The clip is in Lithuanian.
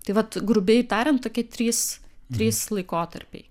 tai vat grubiai tariant tokie trys trys laikotarpiai